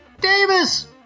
Davis